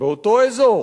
באותו אזור